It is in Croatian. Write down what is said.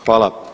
Hvala.